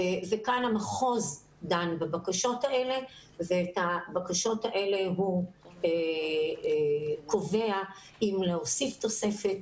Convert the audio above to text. וכאן המחוז דן בבקשות האלה ואת הבקשות האלה הוא קובע אם להוסיף תוספת,